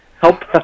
help